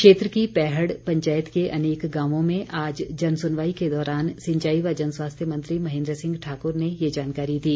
क्षेत्र की पैहड़ पंचायत के अनेक गांवों में आज जन सुनवाई के दौरान सिंचाई व जन स्वास्थ्य मंत्री महेन्द्र सिंह ठाकुर ने ये जानकारी दी